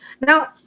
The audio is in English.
Now